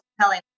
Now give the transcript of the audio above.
telling